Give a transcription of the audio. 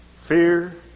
fear